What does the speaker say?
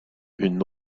une